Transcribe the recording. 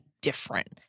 different